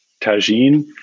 tagine